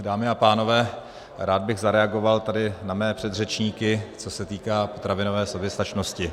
Dámy a pánové, rád bych zareagoval tady na mé předřečníky, co se týká potravinové soběstačnosti.